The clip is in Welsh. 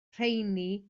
rheini